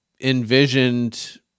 envisioned